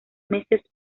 meses